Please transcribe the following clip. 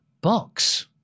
Box